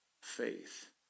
faith